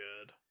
good